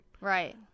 right